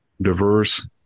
diverse